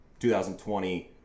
2020